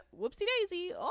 whoopsie-daisy